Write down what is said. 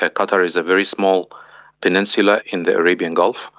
ah qatar is a very small peninsula in the arabian gulf.